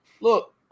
Look